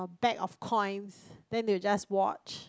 bag of coins than you just watch